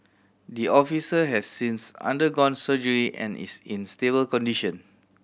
the officer has since undergone surgery and is in stable condition